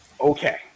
Okay